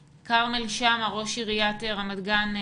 ראש עיריית רמת גן,